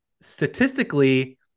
statistically